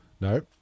No